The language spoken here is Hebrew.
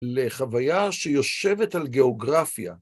לחוויה שיושבת על גיאוגרפיה.